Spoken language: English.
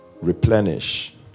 Replenish